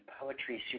Poetry